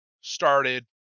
started